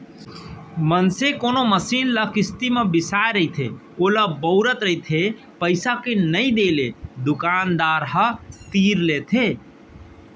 मनसे कोनो मसीन ल किस्ती म बिसाय रहिथे ओला बउरत रहिथे पइसा के नइ देले दुकानदार ह तीर लेथे